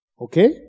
okay